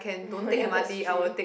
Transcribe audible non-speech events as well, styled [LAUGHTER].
[LAUGHS] ya that's true